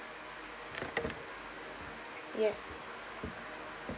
yes